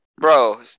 Bro